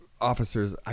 officers